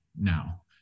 now